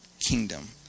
kingdom